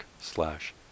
slash